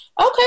Okay